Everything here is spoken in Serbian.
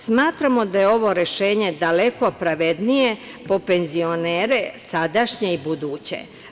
Smatramo da je ovo rešenje daleko pravednije po penzionere sadašnje i buduće.